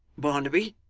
barnaby,